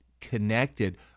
connected